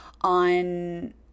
on